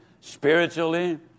spiritually